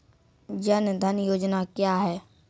जन धन योजना क्या है?